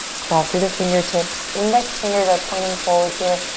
claw through the fingertips, index fingers are pointing forward here,